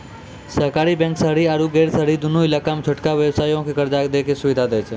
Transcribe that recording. सहकारी बैंक शहरी आरु गैर शहरी दुनू इलाका मे छोटका व्यवसायो के कर्जा दै के सुविधा दै छै